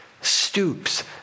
stoops